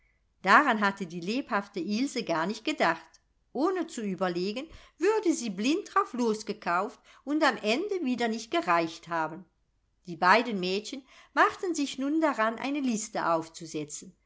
daran hatte die lebhafte ilse gar nicht gedacht ohne zu überlegen würde sie blind drauf los gekauft und am ende wieder nicht gereicht haben die beiden mädchen machten sich nun daran eine liste aufzusetzen